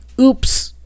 oops